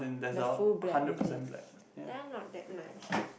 the full black is it that one not that nice